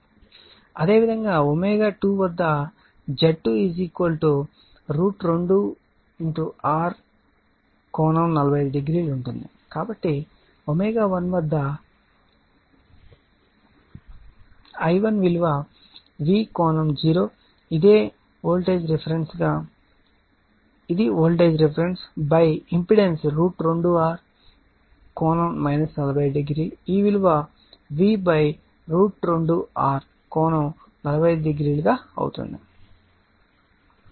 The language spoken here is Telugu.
అదేవిధంగా ω2 వద్ద Z2 √ 2 R కోణం 45 డిగ్రీలు ఉంటుంది కాబట్టి ω1 వద్ద I1 విలువ V కోణం 0 ఇది వోల్టేజ్ రిఫరెన్స్ ఇంపెడెన్స్ √ 2 R కోణం 45 డిగ్రీ ఈ విలువ V √ 2 R కోణం 45 డిగ్రీ అవుతుంది